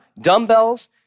dumbbells